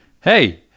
Hey